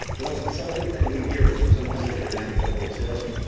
the most insulting thing we hear is when someone says, you're a natural-born salesman.